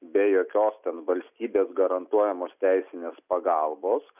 be jokios ten valstybės garantuojamos teisinės pagalbos